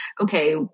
okay